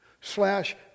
slash